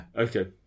Okay